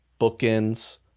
Bookends